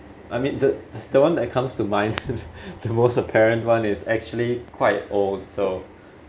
I mean the the one that comes to mind the most apparent one is actually quite old so